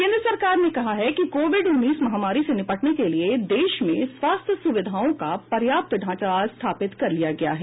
केन्द्र सरकार ने कहा है कि कोविड उन्नीस महामारी से निपटने के लिए देश में स्वास्थ्य सुविधाओं का पर्याप्त ढांचा स्थापित कर लिया गया है